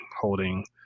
holding